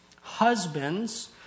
Husbands